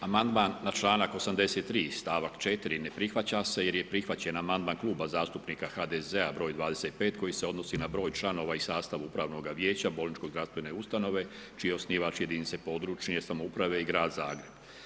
Amandman na članak 83 stavak 4 ne prihvaća se jer je prihvaćen amandman Kluba zastupnika HDZ-a broj 25 koji se odnosi na broj članova i sastav upravnoga vijeća bolničke zdravstvene ustanove čiji je osnivač jedinice područne samouprave i grad Zagreb.